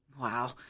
Wow